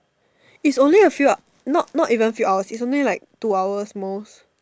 is only a few not not even few hours is only like two hours most